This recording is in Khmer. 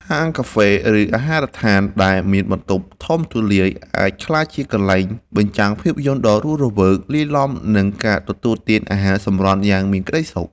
ហាងកាហ្វេ ឬអាហារដ្ឋានដែលមានបន្ទប់ធំទូលាយ អាចក្លាយជាកន្លែងបញ្ចាំងភាពយន្តដ៏រស់រវើក លាយឡំនឹងការទទួលទានអាហារសម្រន់យ៉ាងមានក្តីសុខ។